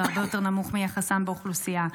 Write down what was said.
שהוא הרבה יותר נמוך מיחסם באוכלוסייה.